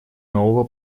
нового